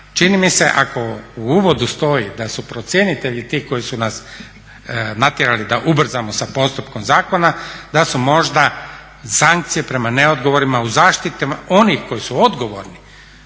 Čini mi se ako u uvodu stoji da su procjenitelji ti koji su nas natjerali da ubrzamo sa postupkom zakona da su možda sankcije prema neodgovornima u zaštiti onih koji su odgovorni